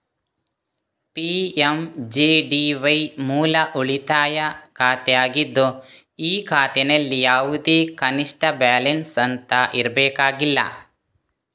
PMJDY ಮೂಲ ಉಳಿತಾಯ ಖಾತೆ ಆಗಿದ್ದು ಈ ಖಾತೆನಲ್ಲಿ ಯಾವುದೇ ಕನಿಷ್ಠ ಬ್ಯಾಲೆನ್ಸ್ ಅಂತ ಇರಬೇಕಾಗಿಲ್ಲ